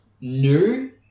new